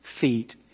feet